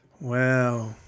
Wow